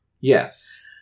Yes